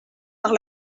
par